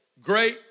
great